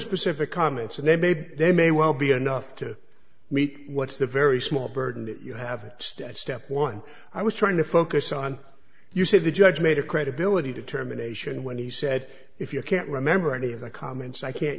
specific comments and they made they may well be enough to meet what's the very small burden you have at step one i was trying to focus on you said the judge made a credibility determination when he said if you can't remember any of the comments i can't